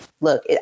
look